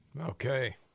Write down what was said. Okay